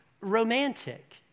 romantic